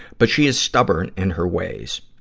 but she is stubborn in her ways.